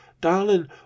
darling